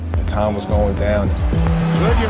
the time was going down